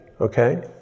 okay